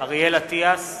אריאל אטיאס,